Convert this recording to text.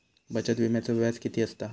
बचत विम्याचा व्याज किती असता?